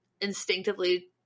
instinctively